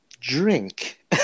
drink